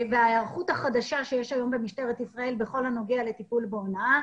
וההיערכות החדשה שיש היום במשטרת ישראל בכל הנוגע לטיפול בהונאה.